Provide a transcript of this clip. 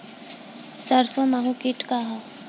सरसो माहु किट का ह?